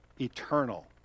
eternal